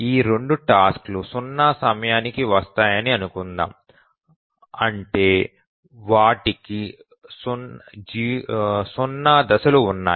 ఈ రెండు టాస్క్ లు 0 సమయానికి వస్తాయని అనుకుందాం అంటే వాటికి 0 దశలు ఉన్నాయి